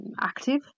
active